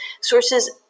sources